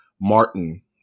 Martin